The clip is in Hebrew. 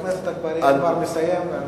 חבר הכנסת אגבאריה כבר מסיים.